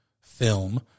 film